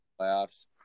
playoffs